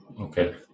Okay